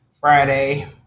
Friday